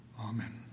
Amen